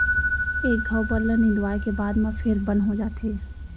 एक घौं बन ल निंदवाए के बाद म फेर बन हो जाथे